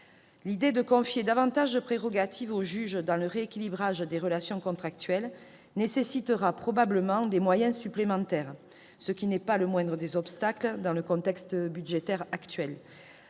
L'idée de confier davantage de prérogatives au juge dans le rééquilibrage des relations contractuelles nécessitera probablement des moyens supplémentaires, ce qui n'est pas le moindre des obstacles dans le contexte budgétaire actuel.